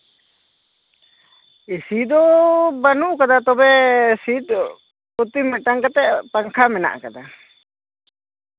ᱵᱮᱥᱤ ᱫᱚ ᱵᱟᱹᱱᱩᱜ ᱠᱟᱫᱟ ᱛᱚᱵᱮ ᱥᱤᱴ ᱯᱨᱚᱛᱤ ᱢᱤᱫᱴᱟᱱ ᱠᱟᱛᱮᱜ ᱯᱟᱝᱠᱷᱟ ᱢᱮᱱᱟᱜ ᱠᱟᱫᱟ